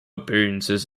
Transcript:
appearances